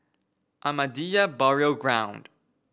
Ahmadiyya Burial Ground